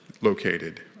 located